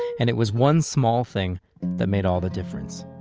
and it was one small thing that made all the difference.